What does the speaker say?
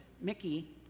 Mickey